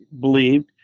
believed